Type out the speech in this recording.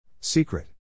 Secret